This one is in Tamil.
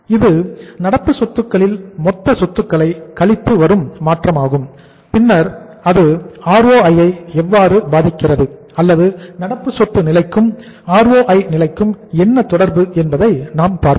இது நடப்பு சொத்துக்களில்மொத்த சொத்துக்களை கழித்து வரும் மாற்றமாகும் பின்னர் அது ROI ஐ எவ்வாறு பாதிக்கிறது அல்லது நடப்பு சொத்து நிலைக்கும் ROI நிலைக்கும் என்ன தொடர்பு என்பதை நாம் பார்ப்போம்